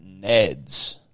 Neds